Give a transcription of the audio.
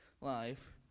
life